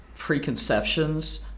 preconceptions